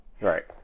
right